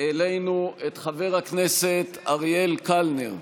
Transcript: אלינו את חבר הכנסת אריאל קלנר.